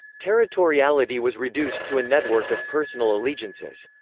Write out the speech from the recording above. territoriality was reduced to a network of personal allegiances.